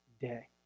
day